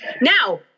now